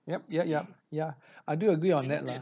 yup yup yup ya I do agree on that lah